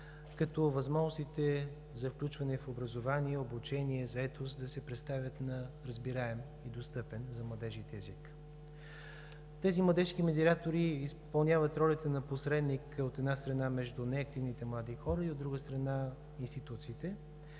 като възможностите за включване в образование, обучение и заетост да се представят на разбираем и достъпен за младежите език. Тези младежки медиатори изпълняват ролята на посредник, от една страна, между неактивните млади хора, и, от друга страна – институциите,